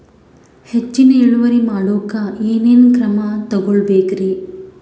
ಹೆಚ್ಚಿನ್ ಇಳುವರಿ ಮಾಡೋಕ್ ಏನ್ ಏನ್ ಕ್ರಮ ತೇಗೋಬೇಕ್ರಿ?